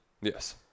yes